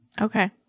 okay